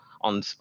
on